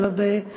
אלא גם